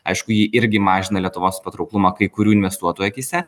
aišku ji irgi mažina lietuvos patrauklumą kai kurių investuotojų akyse